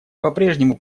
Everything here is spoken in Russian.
попрежнему